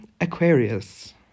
Aquarius